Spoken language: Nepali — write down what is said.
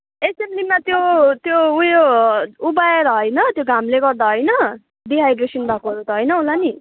एसेम्बलीमा त्यो त्यो ऊ यो उभ्याएर होइन त्यो घामले गर्दा होइन डिहाइड्रेसन भएकोहरू त होइन होला नि